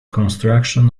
construction